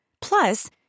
Plus